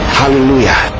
hallelujah